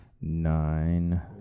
Nine